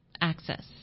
access